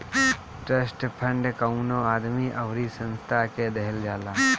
trust fund कवनो आदमी अउरी संस्था के देहल जाला